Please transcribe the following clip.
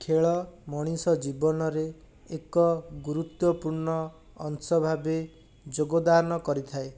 ଖେଳ ମଣିଷ ଜୀବନରେ ଏକ ଗୁରୁତ୍ୱପୂର୍ଣ୍ଣ ଅଂଶ ଭାବେ ଯୋଗଦାନ କରିଥାଏ